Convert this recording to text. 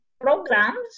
programs